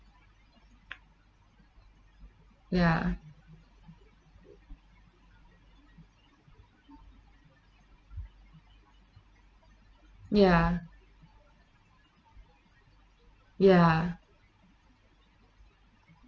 ya ya ya